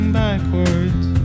backwards